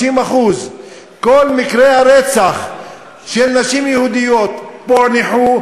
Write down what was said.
50%. כל מקרי הרצח של הנשים היהודיות פוענחו,